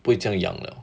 不会这样痒了